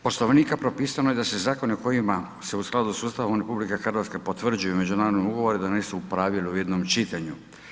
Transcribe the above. Poslovnika propisano je da se zakoni o kojima se u skladu s Ustavom RH potvrđuju međunarodni ugovori donesu u pravilu u jednom čitanju.